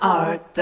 art